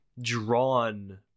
drawn